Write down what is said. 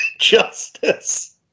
justice